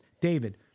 David